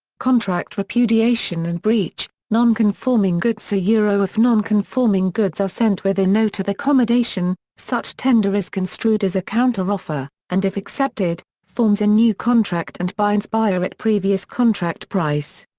contract repudiation and breach nonconforming goods yeah if non-conforming goods are sent with a note of accommodation, such tender is construed as a counteroffer, and if accepted, forms a new contract and binds buyer at previous contract price.